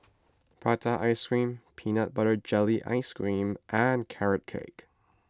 Prata Ice Cream Peanut Butter Jelly Ice Cream and Carrot Cake